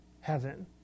heaven